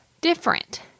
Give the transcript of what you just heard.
different